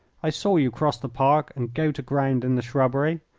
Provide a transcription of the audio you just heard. i saw you cross the park and go to ground in the shrubbery.